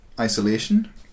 Isolation